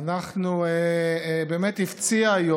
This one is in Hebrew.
להתעלות מעבר לשאלה אם אנחנו קואליציה או אופוזיציה,